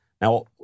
Now